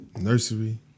nursery